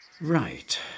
Right